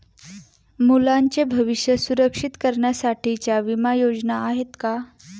मुलांचे भविष्य सुरक्षित करण्यासाठीच्या विमा योजना आहेत का?